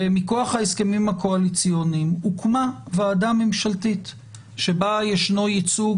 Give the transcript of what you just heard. ומכוח ההסכמים הקואליציוניים הוקמה ועדה ממשלתית שבה ישנו ייצוג